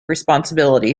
responsibility